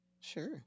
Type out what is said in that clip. Sure